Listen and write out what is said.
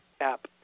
app